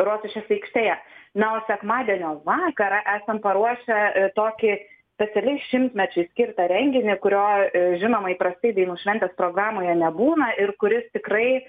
rotušės aikštėje na o sekmadienio vakarą esam paruošę tokį specialiai šimtmečiui skirtą renginį kurio žinoma įprastai dainų šventės programoje nebūna ir kuris tikrai